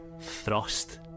thrust